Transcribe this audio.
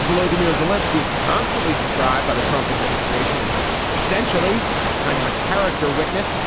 vladimir zelinsky is constantly described by the trump administration is essentially kind of a character witness.